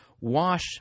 Wash